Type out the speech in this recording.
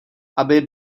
aby